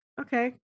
Okay